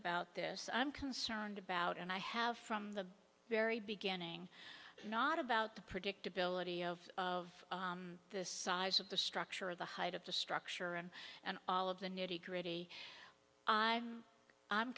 about this i'm concerned about and i have from the very beginning not about the predictability of of the size of the structure of the height of the structure and and all of the nitty gritty i